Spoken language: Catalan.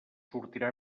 sortirà